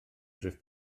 gruff